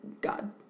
God